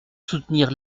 soutenir